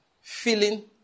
Feeling